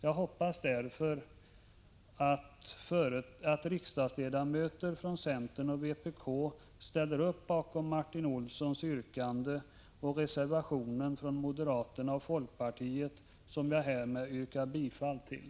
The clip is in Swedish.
Jag hoppas därför att riksdagsledamöter från centern och vpk ställer sig bakom Martin Olssons yrkande och reservationen från moderaterna och folkpartiet, som jag härmed yrkar bifall till.